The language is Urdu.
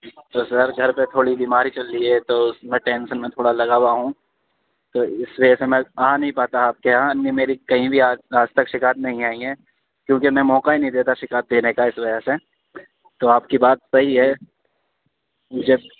تو سر گھر پہ تھوڑی بیماری چل رہی ہے تو اس میں ٹینسن میں تھوڑا لگا ہوا ہوں تو اس وجہ سے میں آ نہیں پاتا آپ کے یہاں نہیں میری کہیں بھی آج تک شکایت نہیں آئی ہے کیونکہ میں موقع ہی نہیں دیتا شکایت دینے کا اس وجہ سے تو آپ کی بات صحیح ہے جب